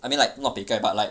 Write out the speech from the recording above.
I mean like not 北丐 but like